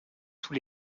tous